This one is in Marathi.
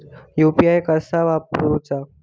यू.पी.आय कसा वापरूचा?